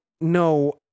no